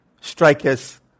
strikers